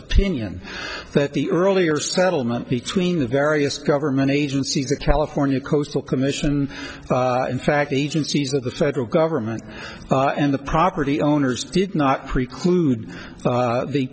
opinion that the earlier settlement between the various government agencies the california coastal commission and in fact the agencies of the federal government and the property owners did not preclude